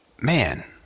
man